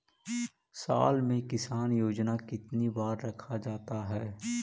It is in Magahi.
साल में किसान योजना कितनी बार रखा जाता है?